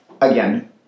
again